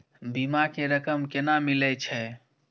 बीमा के रकम केना मिले छै?